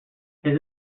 his